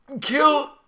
Kill